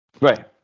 Right